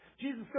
Jesus